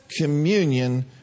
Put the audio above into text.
communion